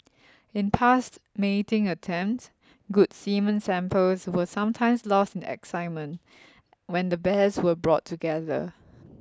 in past mating attempts good semen samples were sometimes lost in excitement when the bears were brought together